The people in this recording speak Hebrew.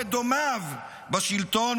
-- ודומיו בשלטון,